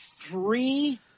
three